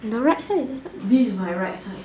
the right side this is my right side